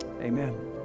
Amen